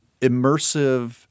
immersive